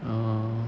啊